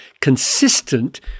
consistent